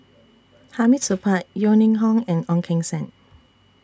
Hamid Supaat Yeo Ning Hong and Ong Keng Sen